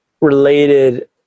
related